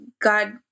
God